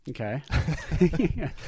Okay